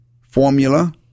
formula